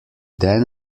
then